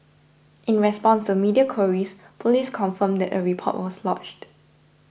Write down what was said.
in response to media queries police confirmed that a report was lodged